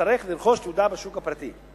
יצטרך לרכוש תעודה בשוק הפרטי,